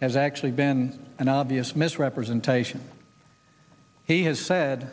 has actually been an obvious misrepresentation he has said